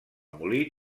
molí